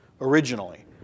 originally